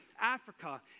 Africa